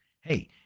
hey